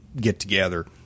get-together